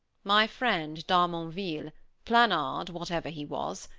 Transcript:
my friend d'harmonville planard, whatever he was,